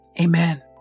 Amen